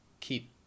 keep